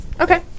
Okay